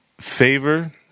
favor